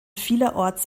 vielerorts